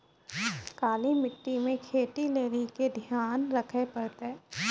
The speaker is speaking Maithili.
काली मिट्टी मे खेती लेली की ध्यान रखे परतै?